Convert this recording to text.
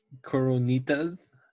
Coronitas